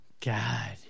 God